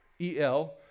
e-l